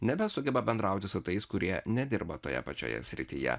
nebesugeba bendrauti su tais kurie nedirba toje pačioje srityje